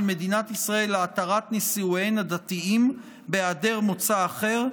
מדינת ישראל להתרת נישואיהן הדתיים בהיעדר מוצא אחר.